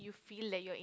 you feel like you are in